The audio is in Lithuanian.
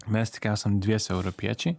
mes tik esam dviese europiečiai